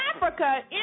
Africa